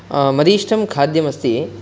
मदीष्टं खाद्यम् अस्ति